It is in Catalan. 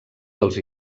dels